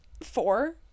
four